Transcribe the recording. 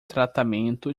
tratamento